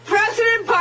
President